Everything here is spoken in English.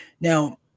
Now